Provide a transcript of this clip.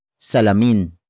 salamin